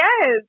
Yes